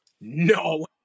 no